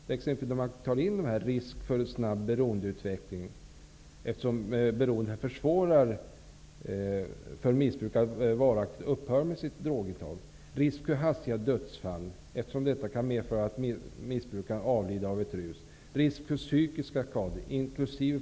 Man bör t.ex. ta in risk för snabb beroendeutveckling, eftersom beroendet försvårar för missbrukaren att varaktigt upphöra med sitt drogintag; risk för hastiga dödsfall, eftersom det kan medföra att missbrukare avlider av ett rus; risk för psykiska skador inkl.